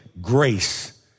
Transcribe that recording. grace